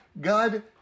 God